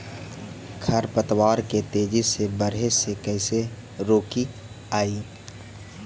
खर पतवार के तेजी से बढ़े से कैसे रोकिअइ?